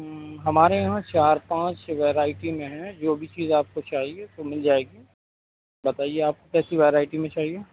ہمارے یہاں چار پانچ ورائٹی میں ہیں جو بھی چیز آپ کو چاہیے وہ مل جائے گی بتائیے آپ کو کیسی ورائٹی میں چاہیے